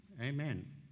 Amen